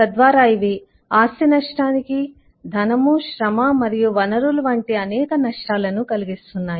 తద్వారా ఇవి ఆస్తి నష్టానికి ధనము శ్రమ మరియు వనరులు వంటి అనేక నష్టాలను కలిగిస్తున్నాయి